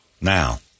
now